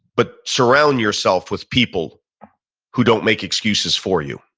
but surround yourself with people who don't make excuses for you.